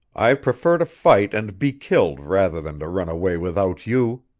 i prefer to fight and be killed rather than to run away without you,